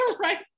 right